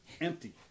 Empty